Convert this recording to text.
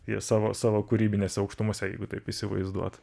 jie savo savo kūrybinėse aukštumose jeigu taip įsivaizduot